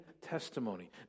testimony